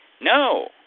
No